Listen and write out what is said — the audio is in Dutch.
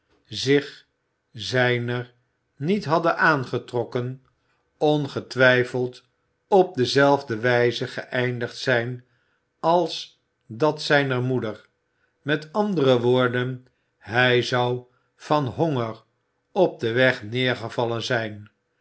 zich zijner niet hadden aangetrokken ongetwijfeld op dezelfde wijze geëindigd zijn als dat zijner moeder met andere woorden hij zou van honger op den weg neergevallen zijn